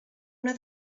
una